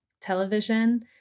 television